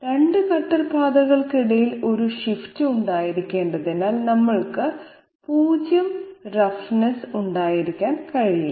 2 cutter പാതകൾക്കിടയിൽ ഒരു shift ഉണ്ടായിരിക്കേണ്ടതിനാൽ നമുക്ക് 0 റഫ്നെസ് ഉണ്ടായിരിക്കാൻ കഴിയില്ല